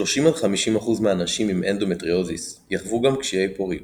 כ-30–50% מהנשים עם אנדומטריוזיס יחוו גם קשיי פוריות.